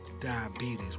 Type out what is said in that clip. diabetes